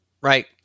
Right